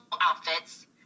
outfits